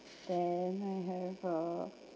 then I have a